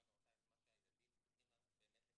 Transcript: נאותה את מה שהילדים צריכים באמת לקבל.